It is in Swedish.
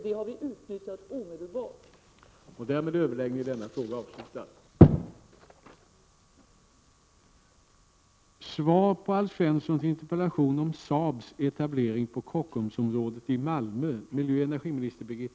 Denna möjlighet har vi utnyttjat omedelbart.